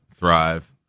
thrive